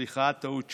סליחה, טעות שלי,